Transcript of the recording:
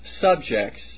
subjects